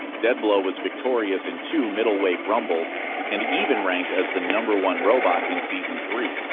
deadblow was victorious in two middleweight rumbles and even ranked as the number one robot in season three.